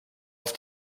auf